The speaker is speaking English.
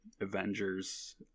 Avengers